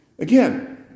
Again